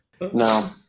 No